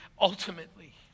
ultimately